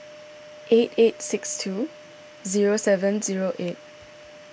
eight eight six two zero seven zero eight